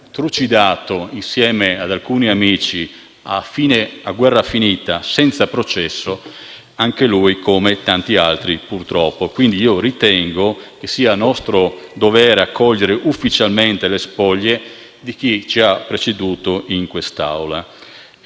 trucidato insieme ad alcuni amici a guerra finita, senza processo, purtroppo come tanti altri. Ritengo quindi che sia nostro dovere accogliere ufficialmente le spoglie di chi ci ha preceduto in quest'Aula